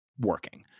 working